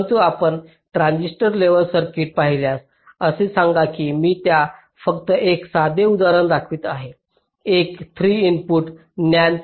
परंतु आपण transistor level circuit पाहिल्यास असे सांगा की मी तुम्हाला फक्त एक साधे उदाहरण दाखवत आहे एक 3 इनपुट NAND